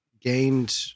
gained